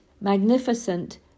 magnificent